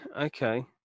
okay